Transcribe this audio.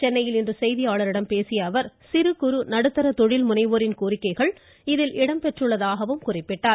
சென்னையில் இன்று செய்தியாளர்களிடம் பேசிய அவர் சிறு குறு நடுத்தர தொழில் முனைவோரின் கோரிக்கைகள் இதில் இடம்பெற்றிருப்பதாகவும் தெரிவித்தார்